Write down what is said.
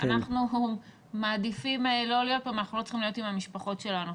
אנחנו מעדיפים לא להיות פה אם אנחנו לא צריכים להיות עם המשפחות שלנו,